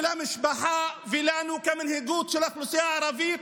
ולמשפחה ולנו כמנהיגות של האוכלוסייה הערבית,